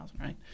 Right